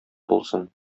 булсын